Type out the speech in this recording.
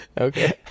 Okay